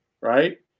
right